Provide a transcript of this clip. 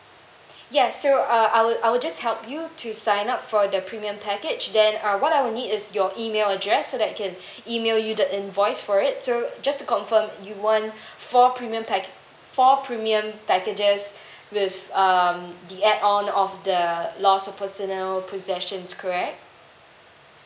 yes so uh l will I will just help you to sign up for the premium package then uh what I will need is your email address so that I can email you the invoice for it so just to confirm you want four premium packa~ four premium packages with um the add on of the loss of personal possessions correct